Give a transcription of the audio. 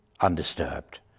undisturbed